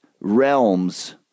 realms